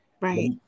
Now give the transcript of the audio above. Right